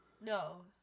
No